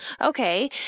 okay